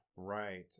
Right